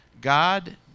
God